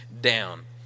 down